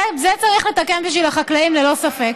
את זה צריך לתקן בשביל החקלאים, ללא ספק.